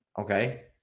Okay